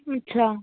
ਅੱਛਾ